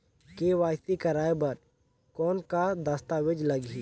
KYC कराय बर कौन का दस्तावेज लगही?